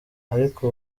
ariko